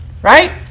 Right